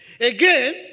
Again